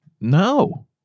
No